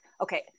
Okay